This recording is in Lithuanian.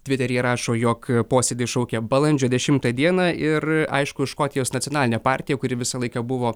tviteryje rašo jog posėdį šaukia balandžio dešimtą dieną ir aišku škotijos nacionalinė partija kuri visą laiką buvo